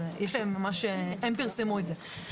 הם פרסמו את זה.